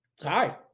Hi